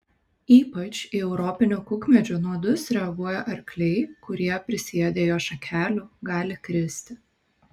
ypač į europinio kukmedžio nuodus reaguoja arkliai kurie prisiėdę jo šakelių gali kristi